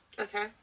Okay